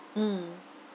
mm